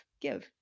give